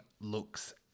looks